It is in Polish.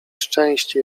szczęście